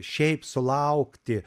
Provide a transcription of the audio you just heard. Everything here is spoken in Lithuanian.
šiaip sulaukti